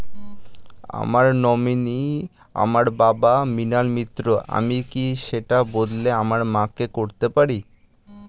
আমার নমিনি আমার বাবা, মৃণাল মিত্র, আমি কি সেটা বদলে আমার মা কে করতে পারি?